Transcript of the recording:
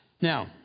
Now